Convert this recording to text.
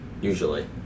Usually